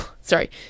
sorry